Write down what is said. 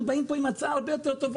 אנחנו באים עם הצעה יותר טובה,